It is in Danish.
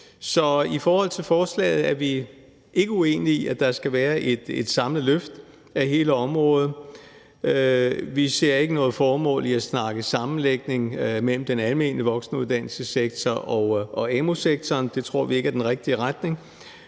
Så i forhold til forslaget er vi ikke uenige i, at der skal være et samlet løft af hele området. Vi ser ikke noget formål i at snakke sammenlægning af den almene voksenuddannelsessektor og amu-sektoren; det tror vi ikke er den rigtige retning.